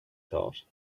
thought